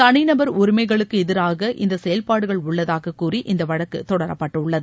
தனிநபர் உரிமைகளுக்கு எதிராக இந்த செயல்பாடுகள் உள்ளதாக கூறி இந்த வழக்கு தொடரப்பட்டுள்ளது